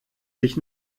sich